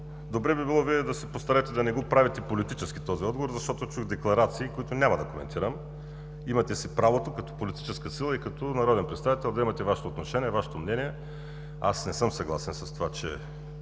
Добре би било Вие да се постараете да не правите политически този отговор, защото чух декларации, които няма да коментирам. Имате правото като политическа сила и като народен представител да имате Вашето отношение, Вашето мнение. Аз не съм съгласен с това, че